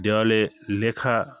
দেওয়ালে লেখা